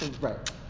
right